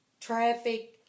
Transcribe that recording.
Traffic